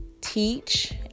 teach